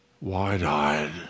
Wide-eyed